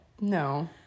no